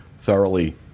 thoroughly